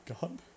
god